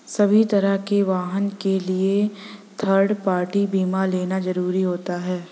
सभी तरह के वाहन के लिए थर्ड पार्टी बीमा लेना जरुरी होता है